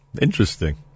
Interesting